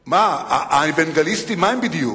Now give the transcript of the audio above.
מה, האוונגליסטים, מהם בדיוק,